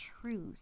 truth